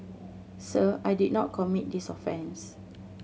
sir I did not commit this offence